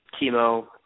chemo